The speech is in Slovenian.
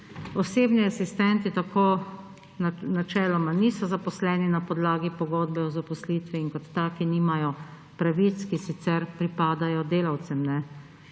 Osebni asistenti tako načeloma niso zaposleni na podlagi pogodbe o zaposlitvi in kot taki nimajo pravic, ki sicer pripadajo delavcem.